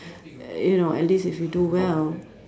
you know at least if you do well